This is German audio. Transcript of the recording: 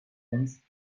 längst